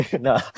No